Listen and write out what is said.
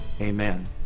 amen